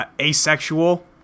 Asexual